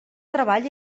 treball